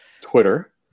Twitter